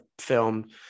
film